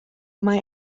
mae